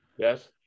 Yes